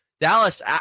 Dallas